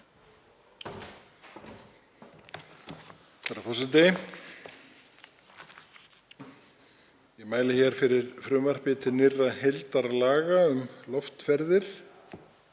Herra forseti. Ég mæli fyrir frumvarpi til nýrra heildarlaga um loftferðir.